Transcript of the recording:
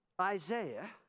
Isaiah